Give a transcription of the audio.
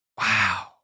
Wow